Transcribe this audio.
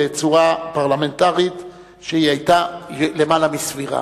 בצורה פרלמנטרית שהיתה למעלה מסבירה.